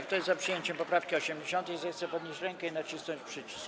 Kto jest za przyjęciem poprawki 80., zechce podnieść rękę i nacisnąć przycisk.